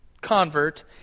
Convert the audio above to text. convert